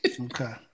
Okay